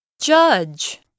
judge